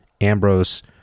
Ambrose